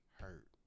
hurt